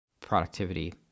productivity